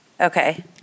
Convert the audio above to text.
Okay